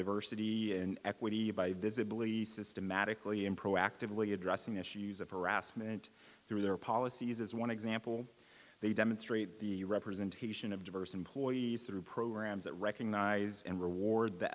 diversity and equity by visibly systematically and proactively addressing issues of harassment through their policies as one example they demonstrate the representation of diverse employees through programs that recognize and reward the